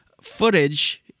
footage